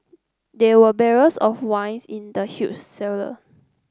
there were barrels of wines in the huge cellar